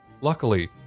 Luckily